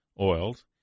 oils